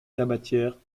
tabatière